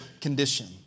condition